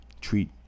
Treat